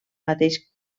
mateix